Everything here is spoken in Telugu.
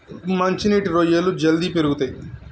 మంచి నీటి రొయ్యలు జల్దీ పెరుగుతయ్